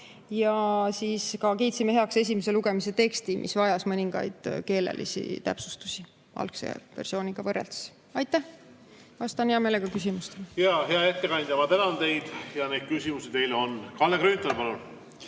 Ja siis kiitsime heaks esimese lugemise teksti, mis vajas mõningaid keelelisi täpsustusi algse versiooniga võrreldes. Aitäh! Vastan hea meelega küsimustele. Hea ettekandja, ma tänan teid! Neid küsimusi teile on. Kalle Grünthal, palun!